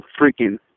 freaking